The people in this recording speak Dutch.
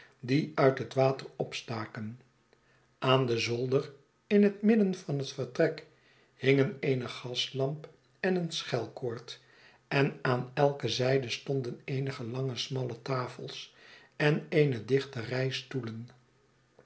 die uit het water opstaken aan den zolder in het midden van het vertrek hingen eene gaslamp en een schelkoord en aan elke zijde stonden eenige lange smalle tafels en eene dichte rij stoelen